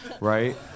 right